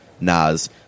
Nas